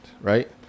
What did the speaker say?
right